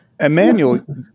Emmanuel